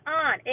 on